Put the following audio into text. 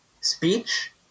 speech